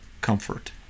comfort